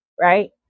right